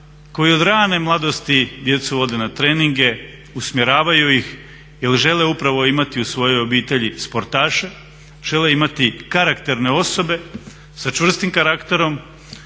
koji od rane mladosti djecu vode na treninge, usmjeravaju ih jer žele upravo imati u svojoj obitelji sportaše, žele imati karakterne osobe sa čvrstim karakterom